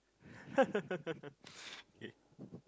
okay